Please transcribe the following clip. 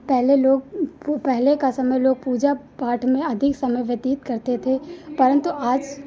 पहले लोग पु पहले का समय लोग पूजा पाठ में अधिक समय व्यतीत करते थे परन्तु आज